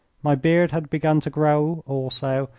my beard had begun to grow also,